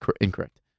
incorrect